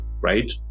right